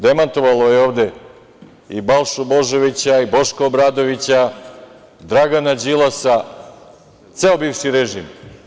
Demantovalo je ovde i Balšu Božovića i Boška Obradovića, Dragana Đilasa, ceo bivši režim.